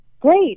Great